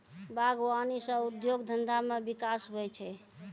बागवानी से उद्योग धंधा मे बिकास हुवै छै